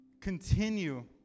continue